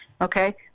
Okay